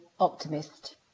optimist